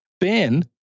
Ben